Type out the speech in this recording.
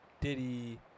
Diddy